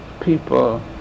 people